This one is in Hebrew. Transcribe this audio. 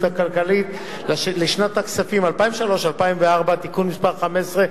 הכלכלית לשנות הכספים 2003 ו-2004) (תיקון מס' 15),